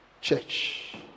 Church